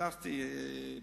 נכנסתי הצדה,